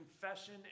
confession